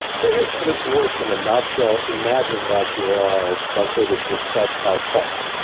so here's how this works in a nutshell. imagine that you are let's say that you're stretched out far,